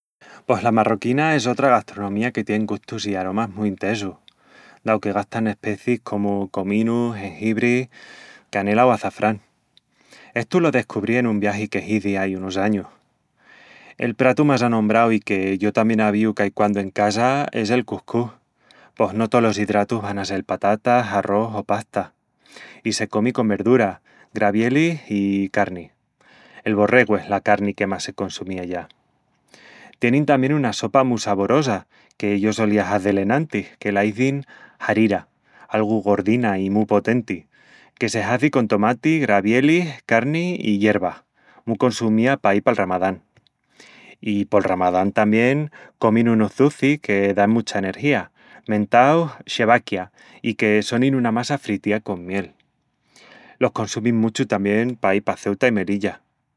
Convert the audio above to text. Pos la marroquina es otra gastronomía que tien gustus i aromas mu intesus, dau que gastan especiis comu cominu, jengibri, canela o açafrán. Estu lo descubrí en un viagi que hizi ai unus añus. El pratu más anombrau i que yo tamién avíu caiquandu en casa es el cuscús, pos no tolos idratus van a sel patatas, arrós o pasta, i se comi con verdura, gravielis i carni... El borregu es la carni que más se consumi allá... Tienin tamién una sopa mu saborosa, que yo solía hazel enantis, que la izin "harira", algu gordina i mu potenti, que se hazi con tomati, gravielis, carni i yervas, mu consumía paí pal Ramadán. I pol Ramadán tamién comin unus ducis que dan mucha energía, mentaus "shebaquía" i que sonin una massa fritía con miel. Los consumin muchu tamién paí pa Ceuta i Melilla.